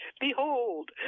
behold